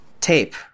Tape